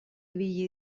ibili